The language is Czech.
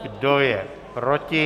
Kdo je proti?